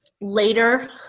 Later